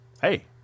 Hey